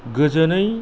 गोजोनै